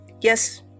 Yes